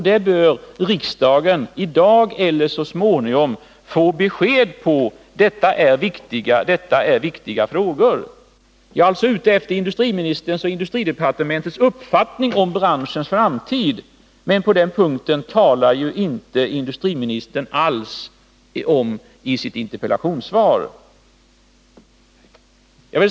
Detta bör riksdagen i dag eller så småningom få besked om, för det är viktiga frågor. Jag är alltså ute efter industriministerns och industridepartementets uppfattning om branschens framtid. På den punkten uttalar sig industriministern inte alls i sitt interpellationssvar.